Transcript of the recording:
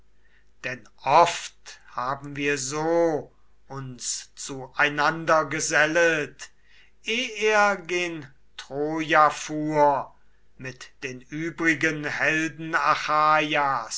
denn oft haben wir so uns zueinander gesellet eh er gen troja fuhr mit den übrigen